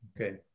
Okay